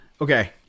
Okay